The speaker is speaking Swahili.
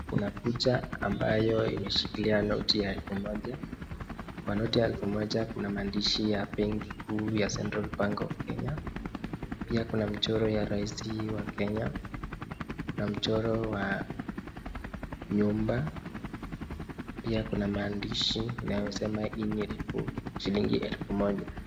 Kuna kucha ambayo inashikilia noti ya elfu moja. Kwa noti ya elfu moja kuna maandishi ya benki kuu ya (cs)Central Bank of Kenya(cs). Pia kuna mchoro ya rais wa Kenya. Kuna mchoro wa nyumba. Pia kuna maandishi inayosema hii ni shilingi elfu moja